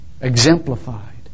exemplified